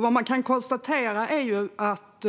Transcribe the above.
Vad man kan konstatera är att